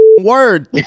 word